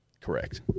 Correct